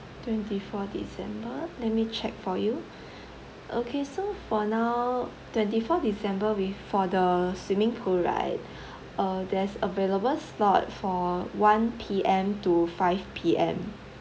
twenty fourth december let me check for you okay so for now twenty fourth december with for the swimming pool right uh there's available slot for one P_M to five P_M